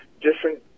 different